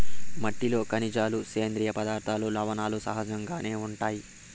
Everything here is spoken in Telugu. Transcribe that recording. మట్టిలో ఖనిజాలు, సేంద్రీయ పదార్థాలు, లవణాలు సహజంగానే ఉంటాయి